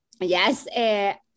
Yes